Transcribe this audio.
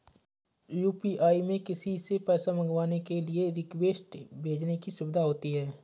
UPI में किसी से पैसा मंगवाने के लिए रिक्वेस्ट भेजने की सुविधा होती है